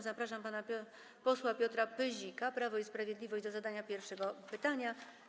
Zapraszam pana posła Piotra Pyzika, Prawo i Sprawiedliwość, do zadania pierwszego pytania.